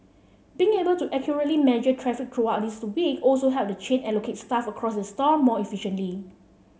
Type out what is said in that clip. being able to accurately measure traffic throughout the week also helped the chain allocate staff across its store more efficiently